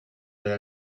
deia